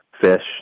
fish